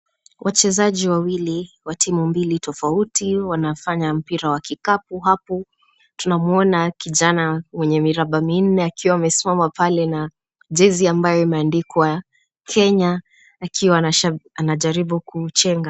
Wachezaji wawili wa timu mbili tofauti wanafanya mpira wa kikapu. Hapo tunamwona kijana mwenye miraba minne akiwa amesimama pale na jezi ambayo imeandikwa Kenya akiwa anajaribu kuchenga.